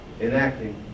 enacting